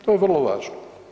To je vrlo važno.